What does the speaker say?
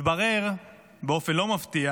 התברר באופן לא מפתיע,